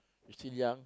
we still young